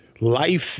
Life